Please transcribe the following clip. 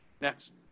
Next